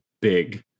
big